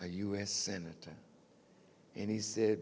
a u s senator and he said